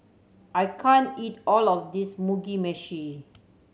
I can't eat all of this Mugi Meshi